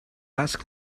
ask